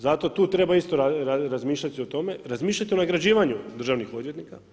Zato tu treba isto razmišljati o tome, razmišljati o nagrađivanju državnih odvjetnika.